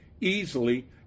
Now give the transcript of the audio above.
easily